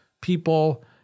people